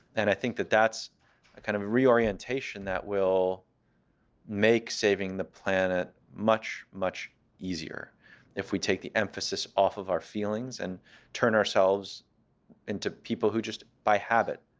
and i think that that's a kind of reorientation that will make saving the planet much, much easier if we take the emphasis off of our feelings and turn ourselves into people who just, by habit,